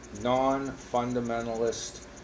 non-fundamentalist